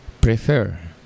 prefer